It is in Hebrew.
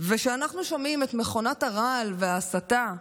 וכשאנחנו שומעים את מכונת הרעל וההסתה,